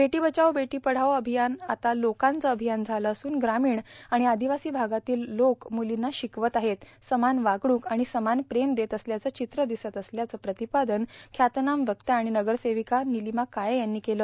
बेटो बचाओ बेटो पढाओ अभियान आता लोकांचं आभियान झालं असून ग्रामीण आर्गाण र्आादवासी भागातील लोक मुर्लांना शिकवत आहेत समान वागणूक र्आण समान प्रेम देत असल्याचं र्चव्र र्दिसत असल्याचं र्रातपादन ख्यातनाम वक्त्या र्राण नगरर्सोवका र्नालमा काळे यांनी केलं